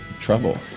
trouble